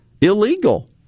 illegal